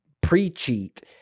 pre-cheat